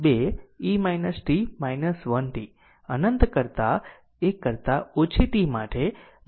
તેથી તે છે 2 e t 1 t અનંત કરતાં 1 કરતા ઓછી t માટે માઇક્રો એમ્પીયર છે